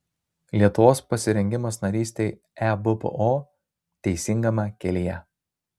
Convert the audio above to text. lietuvos pasirengimas narystei ebpo teisingame kelyje